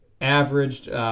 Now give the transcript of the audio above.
averaged